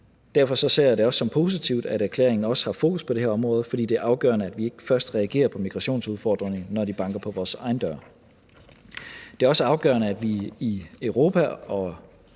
derfor ser jeg det også som positivt, at erklæringen også har fokus på det her område, fordi det er afgørende, at vi ikke først reagerer på migrationsudfordringerne, når de banker på vores egen dør. Det er også afgørende, at vi i Europa og